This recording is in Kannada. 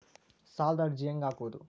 ಸಾಲದ ಅರ್ಜಿ ಹೆಂಗ್ ಹಾಕುವುದು?